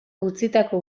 utzitako